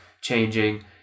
changing